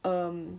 um